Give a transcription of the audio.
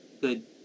good